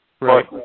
Right